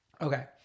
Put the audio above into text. Okay